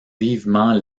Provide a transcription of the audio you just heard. vivement